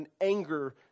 anger